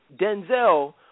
Denzel